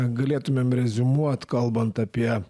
galėtumėm reziumuot kalbant apie